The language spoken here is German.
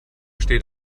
steht